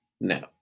No